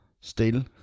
Steel